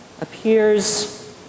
appears